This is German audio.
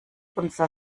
unser